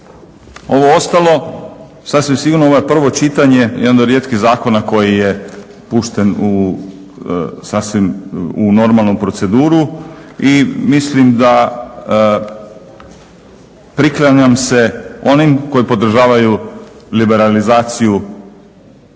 Ovo ostalo sasvim sigurno, ovo je prvo čitanje, jedan od rijetkih zakona koji je pušten u sasvim, u normalnu proceduru i mislim da, priklanjam se onim koji podržavaju liberalizaciju